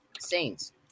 Saints